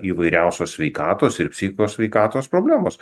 įvairiausios sveikatos ir psichikos sveikatos problemos